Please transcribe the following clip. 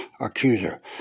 accuser